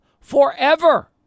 Forever